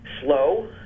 slow